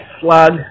slug